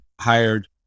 hired